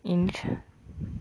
inch